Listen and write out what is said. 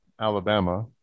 Alabama